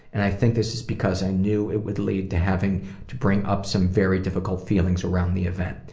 and i think this is because i knew it would lead to having to bring up some very difficult feelings around the event.